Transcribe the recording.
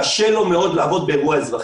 קשה לו מאוד לעבוד באירוע אזרחי,